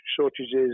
shortages